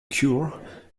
cure